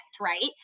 right